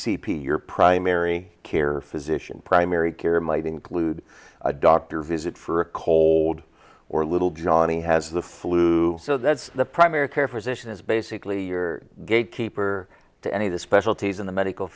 c p your primary care physician primary care might include a doctor visit for a cold or little johnny has the flu so that's the primary care physician is basically your gatekeeper to any of the specialties in the medical